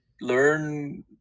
learn